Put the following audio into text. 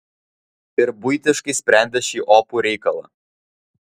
ir buitiškai sprendė šį opų reikalą